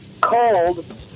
cold